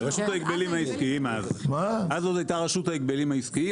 אז עוד הייתה רשות ההגבלים העסקיים,